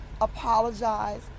apologize